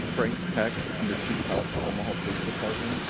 frank peck. i'm the chief pilot for omaha police department.